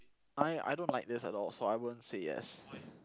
I I don't like this at all so I won't say yes